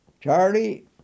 Charlie